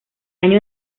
año